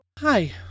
Hi